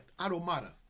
Automata